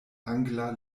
angla